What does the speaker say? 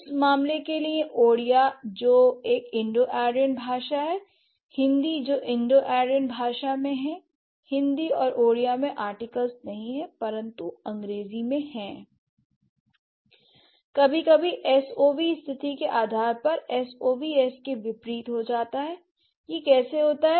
उस मामले के लिए ओडिया जो एक इंडो आर्यन भाषा है हिंदी जो इंडो आर्यन भाषा में है l हिंदी और ओड़िया में आर्टिकल्स नहीं हैं परंतु अंग्रेजी में हैं l कभी कभी एसओवी स्थिति के आधार पर एसवीओ या इसके विपरीत हो जाता है यह कैसे होता है